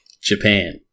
Japan